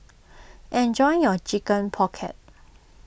enjoy your Chicken Pocket